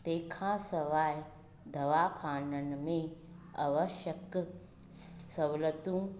तंहिंखां सिवाइ दवाख़ाननि में आवशयक सहुलियतूं